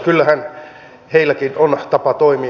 kyllähän heilläkin on tapa toimia